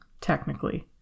technically